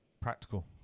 Practical